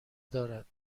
دارد